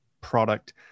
product